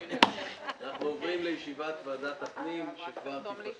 אנחנו עוברים לישיבת ועדת הפנים והגנת הסביבה.